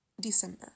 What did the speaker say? December